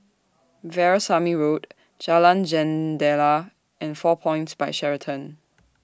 Veerasamy Road Jalan Jendela and four Points By Sheraton